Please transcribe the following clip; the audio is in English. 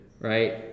right